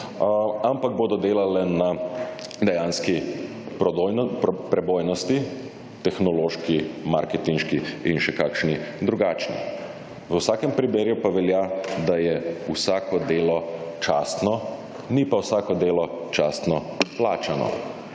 ampak bodo delale na dejanski prebojnosti, tehnološki, marketinški in še kakšni drugačni. V vsakem primeru pa velja, da je vsako delo častno, ni pa vsako delo častno plačano.